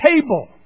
table